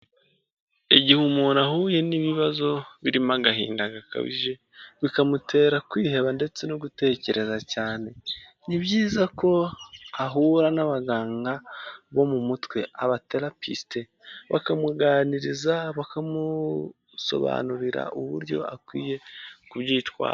Igihe umuntu ahuye n'ibibazo birimo agahinda gakabije bikamutera kwiheba ndetse no gutekereza cyane, ni byiza ko ahura n'abaganga bo mu mutwe abaterapisite bakamuganiriza, bakamusobanurira uburyo akwiye kubyitwaramo.